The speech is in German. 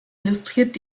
illustriert